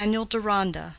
daniel deronda,